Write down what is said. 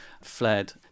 fled